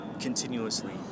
Continuously